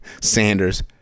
Sanders